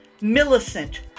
Millicent